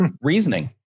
Reasoning